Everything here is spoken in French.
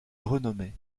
renommé